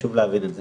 חשוב להבין את זה,